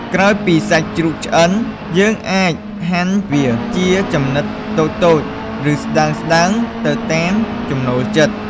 ក្រោយពីសាច់ជ្រូកឆ្អិន យើងអាចហាន់វាជាចំណិតតូចៗ ឬស្ដើងៗ ទៅតាមចំណូលចិត្ត។